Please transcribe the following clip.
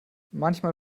manchmal